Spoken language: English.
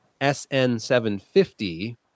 SN750